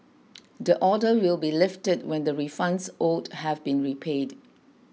the order will be lifted when the refunds owed have been repaid